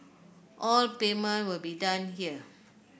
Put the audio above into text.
all payment will be done here